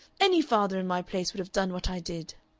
any father in my place would have done what i did.